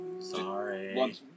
Sorry